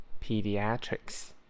Pediatrics